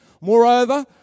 Moreover